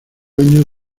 años